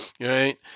right